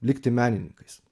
likti menininkais